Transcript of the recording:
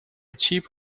cheap